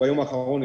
ביום האחרון,